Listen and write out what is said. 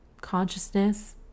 consciousness